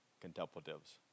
contemplatives